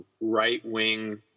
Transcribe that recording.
right-wing